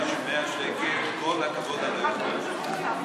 כל הכבוד על היוזמה הזאת.